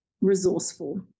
resourceful